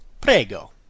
Prego